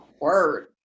word